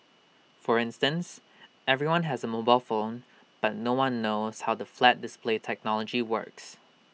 for instance everyone has A mobile phone but no one knows how the flat display technology works